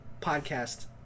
podcast